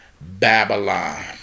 Babylon